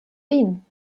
wien